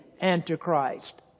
Antichrist